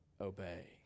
obey